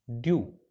due